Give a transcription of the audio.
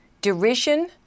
derision